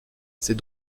ces